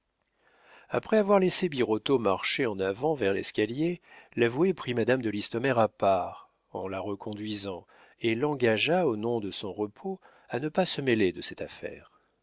après avoir laissé birotteau marcher en avant vers l'escalier l'avoué prit madame de listomère à part en la reconduisant et l'engagea au nom de son repos à ne pas se mêler de cette affaire